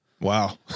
Wow